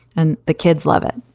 and the kids love it.